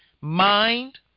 mind